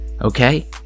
Okay